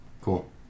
cool